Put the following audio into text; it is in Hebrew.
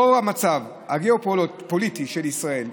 לאור המצב הגיאופוליטי של ישראל,